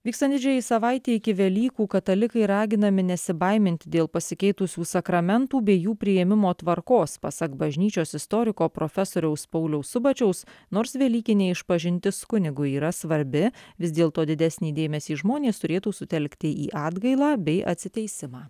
vykstant didžiajai savaitei iki velykų katalikai raginami nesibaiminti dėl pasikeitusių sakramentų bei jų priėmimo tvarkos pasak bažnyčios istoriko profesoriaus pauliaus subačiaus nors velykinė išpažintis kunigui yra svarbi vis dėlto didesnį dėmesį žmonės turėtų sutelkti į atgailą bei atsiteisimą